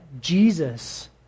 Jesus